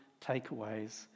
takeaways